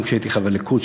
גם כשהייתי חבר ליכוד,